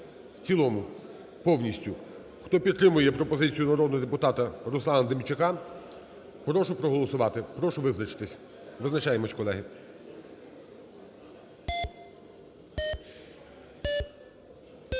в цілому, повністю. Хто підтримує пропозицію народного депутата Руслана Демчака, прошу проголосувати, прошу визначитися. Визначаємося, колеги.